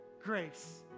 grace